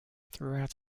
throughout